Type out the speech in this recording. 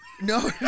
No